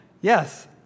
Yes